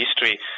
history